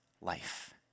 life